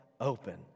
open